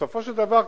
בסופו של דבר,